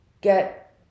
get